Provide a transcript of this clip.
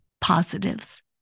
positives